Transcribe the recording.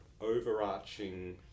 overarching